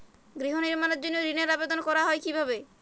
গৃহ নির্মাণের জন্য ঋণের আবেদন করা হয় কিভাবে?